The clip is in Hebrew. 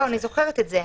אני זוכרת את זה.